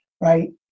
right